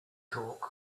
talk